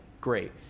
great